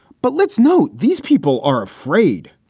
but let's note, these people are afraid.